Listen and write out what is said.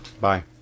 Bye